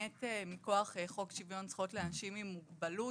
מכוח חוק שוויון זכויות לאנשים עם מוגבלות,